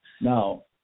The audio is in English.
Now